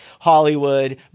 Hollywood